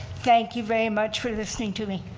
thank you very much for listening to me.